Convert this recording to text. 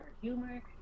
humor